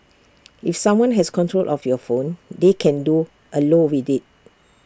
if someone has control of your phone they can do A lot with IT